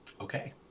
okay